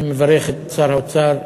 אני מברך את שר האוצר,